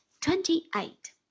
twenty-eight